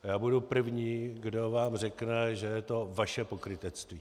Já budu první, kdo vám řekne, že je to vaše pokrytectví.